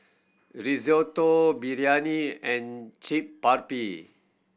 Risotto Biryani and Chaat Papri